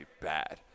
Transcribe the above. bad